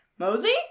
Mosey